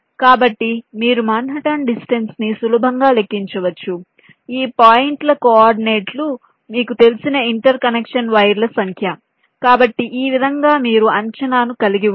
కాబట్టి మీరు Manhattan distance ని సులభంగా లెక్కించవచ్చు ఈ పాయింట్ల కోఆర్డినేట్లు మీకు తెలిసిన ఇంటర్ కనెక్షన్ వైర్ల సంఖ్య కాబట్టి ఈ విధంగా మీరు అంచనాను కలిగి ఉంటారు